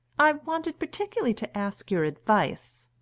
i wanted particularly to ask your advice.